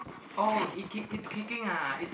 oh it kick it's kicking ah it's